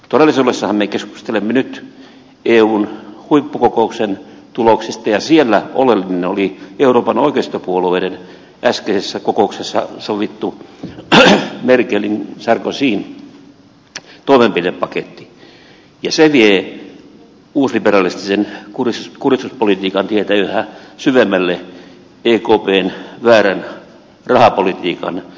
todellisuudessahan me keskustelemme nyt eun huippukokouksen tuloksista ja siellä oleellista oli euroopan oikeistopuolueiden äskeisessä kokouksessa sovittu merkelinsarkozyn toimenpidepaketti ja se vie uusliberalistisen kuristuspolitiikan tietä yhä syvemmälle ekpn väärän rahapolitiikan korpeen